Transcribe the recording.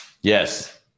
Yes